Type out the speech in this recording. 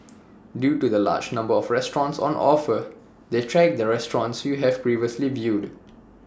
due to the large number of restaurants on offer they track the restaurants you have previously viewed